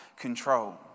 control